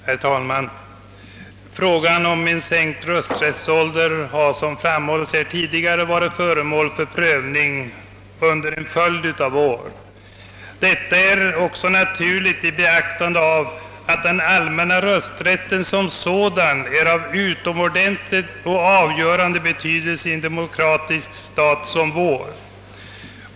Herr talman! Frågan om en sänkt rösträttsålder har, som redan framhållits, tidigare varit föremål för prövning under en följd av år. Detta är också naturligt i beaktande av att den allmänna rösträtten är av utomordentlig och avgörande betydelse i en demokratisk stat som vår.